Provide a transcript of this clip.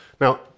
Now